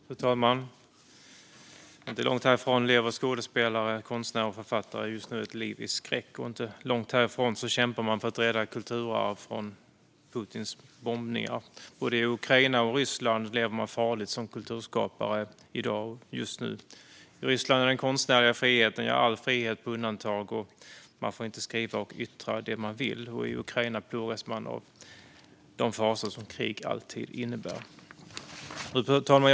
Fru talman! Inte långt härifrån lever skådespelare, konstnärer och författare just nu ett liv i skräck, och inte långt härifrån kämpar man för att rädda kulturarv från Putins bombningar. I både Ukraina och Ryssland lever man farligt som kulturskapare i dag. I Ryssland är den konstnärliga friheten - ja, all frihet - satt på undantag. Man får inte skriva eller yttra det man vill. I Ukraina plågas man av de fasor som krig alltid innebär. Fru talman!